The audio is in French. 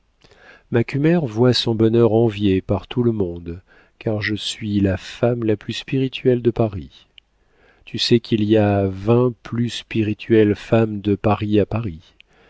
ans macumer voit son bonheur envié par tout le monde car je suis la femme la plus spirituelle de paris tu sais qu'il y a vingt plus spirituelles femmes de paris à paris